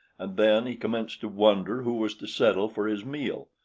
and then he commenced to wonder who was to settle for his meal.